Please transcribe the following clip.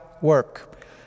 work